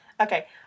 Okay